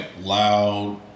loud